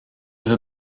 veux